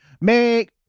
Make